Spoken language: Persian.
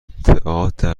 تئاتر